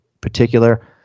particular